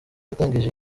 watangije